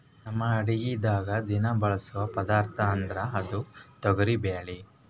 ನಮ್ ಅಡಗಿದಾಗ್ ದಿನಾ ಬಳಸೋ ಪದಾರ್ಥ ಅಂದ್ರ ಅದು ತೊಗರಿಬ್ಯಾಳಿ